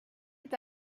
est